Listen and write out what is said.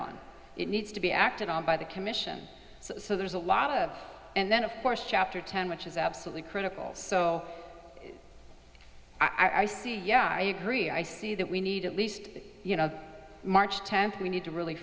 on it needs to be acted on by the commission so there's a lot of and then of course chapter ten which is absolutely critical so i see yeah i agree i see that we need at least you know march tenth we need to really